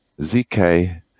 ZK